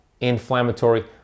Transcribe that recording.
inflammatory